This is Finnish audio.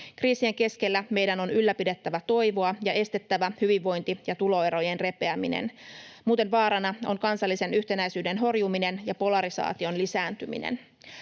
Kriisien keskellä meidän on ylläpidettävä toivoa ja estettävä hyvinvointi‑ ja tuloerojen repeäminen. Muuten vaarana on kansallisen yhtenäisyyden horjuminen ja polarisaation lisääntyminen.